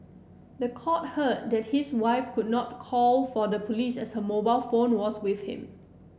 the court heard that his wife could not call for the police as her mobile phone was with him